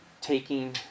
taking